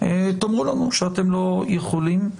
תאמרו לנו שאתם לא יכולים.